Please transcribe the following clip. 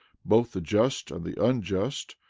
both the just and the unjust,